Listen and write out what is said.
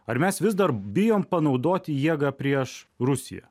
ar mes vis dar bijom panaudoti jėgą prieš rusiją